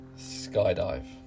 skydive